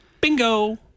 bingo